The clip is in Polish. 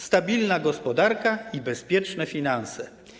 Stabilna gospodarka i bezpieczne finanse.